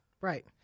Right